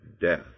death